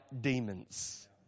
demons